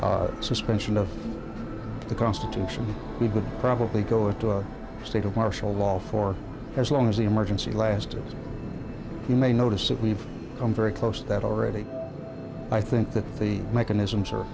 temporary suspension of the constitution we could probably go into a state of martial law for as long as the emergency lasted you may notice that we've come very close that already i think that the mechanisms are